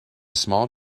small